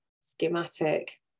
schematic